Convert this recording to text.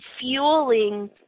fueling